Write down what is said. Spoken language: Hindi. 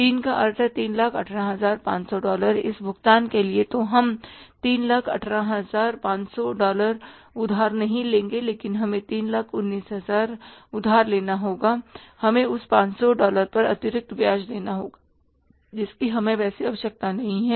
3 का अर्थ है 318500 डॉलर इस भुगतान के लिए तो हम 318500 डॉलर उधार नहीं लेंगे लेकिन हमें 319000 उधार लेना होगा और हमें उस 500 डॉलर पर अतिरिक्त ब्याज देना होगा जिसकी हमें वैसे आवश्यकता नहीं है